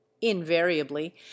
invariably